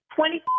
Twenty